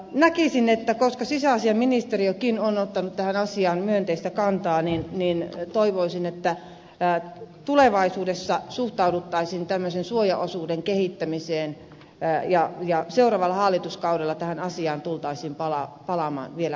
toivoisin että koska sisäasiainministeriökin on ottanut tähän asiaan myönteistä kantaa niin tulevaisuudessa suhtauduttaisiin tämmöisen suojaosuuden kehittämiseen ja seuraavalla hallituskaudella tähän asiaan tultaisiin palaamaan vielä uudelleen